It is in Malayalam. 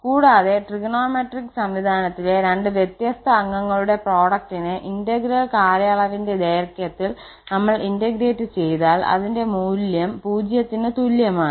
കൂടാതെ ത്രികോണമിതി സംവിധാനത്തിലെ രണ്ട് വ്യത്യസ്ത അംഗങ്ങളുടെ പ്രൊഡക്ടിനെ ഇന്റഗ്രൽ കാലയളവിന്റെ ദൈർഘ്യത്തിൽ നമ്മൾ ഇന്റഗ്രേറ്റ് ചെയ്താൽ അതിന്റെ മൂല്യം 0 ന് തുല്യമാണ്